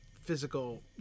physical